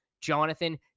Jonathan